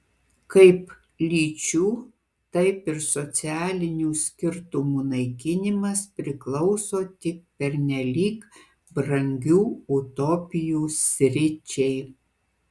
kaip lyčių taip ir socialinių skirtumų naikinimas priklauso tik pernelyg brangių utopijų sričiai